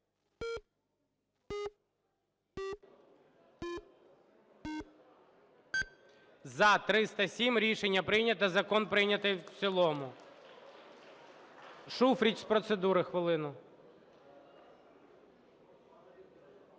За-307 Рішення прийнято. Закон прийнятий в цілому. Шуфрич – з процедури, хвилина.